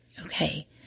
Okay